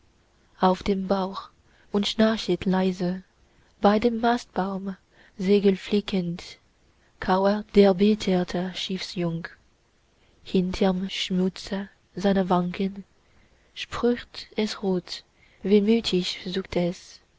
auf dem bauch und schnarchet leise bei dem mastbaum segelflickend kauert der beteerte schiffsjung hinterm schmutze seiner wangen sprüht es rot wehmütig zuckt es